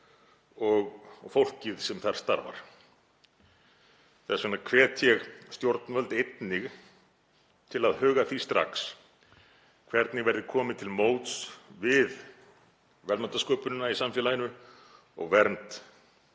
og fólkið sem þar starfar. Þess vegna hvet ég stjórnvöld einnig til að huga að því strax hvernig verður komið til móts við verðmætasköpunina í samfélaginu og vernd